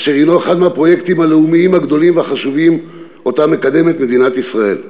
אשר הנו אחד מהפרויקטים הלאומיים הגדולים והחשובים שמדינת ישראל מקדמת.